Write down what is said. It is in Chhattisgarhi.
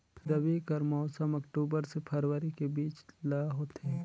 रबी कर मौसम अक्टूबर से फरवरी के बीच ल होथे